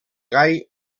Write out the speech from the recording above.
gai